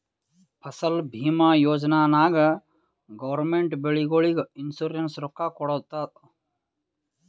ಫಸಲ್ ಭೀಮಾ ಯೋಜನಾ ನಾಗ್ ಗೌರ್ಮೆಂಟ್ ಬೆಳಿಗೊಳಿಗ್ ಇನ್ಸೂರೆನ್ಸ್ ರೊಕ್ಕಾ ಕೊಡ್ತುದ್